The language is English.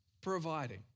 providing